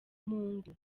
mungu